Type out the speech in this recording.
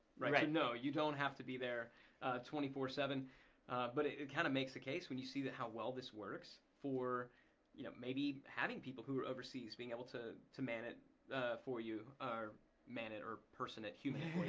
right. so no, you don't have to be there twenty four seven but it it kind of makes the case when you see that how well this works for you know maybe having people who are overseas, being able to to man it for you or man it or person it, human